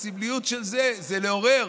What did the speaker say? הסמליות של זה היא לעורר,